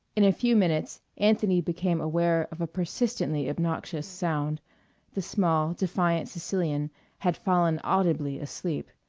in a few minutes anthony became aware of a persistently obnoxious sound the small, defiant sicilian had fallen audibly asleep.